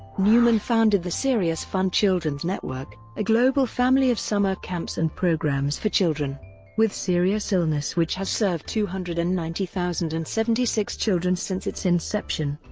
newman founded the seriousfun children's network, a global family of summer camps and programs for children with serious illness which has served two hundred and ninety thousand and seventy six children since its inception.